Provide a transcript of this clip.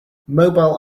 mobile